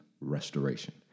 restoration